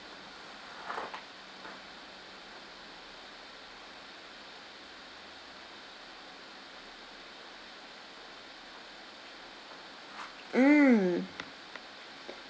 mm